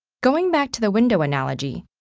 going back to the window analogy,